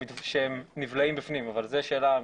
שהם נבלעים בפנים אבל זו שאלה משפטית.